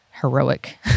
heroic